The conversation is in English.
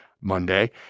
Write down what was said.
Monday